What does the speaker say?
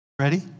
Ready